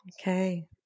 Okay